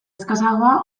eskasagoa